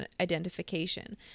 identification